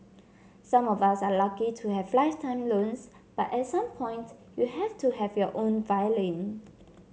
some of us are lucky to have lifetime loans but at some point you have to have your own violin